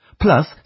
plus